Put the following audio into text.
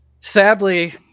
sadly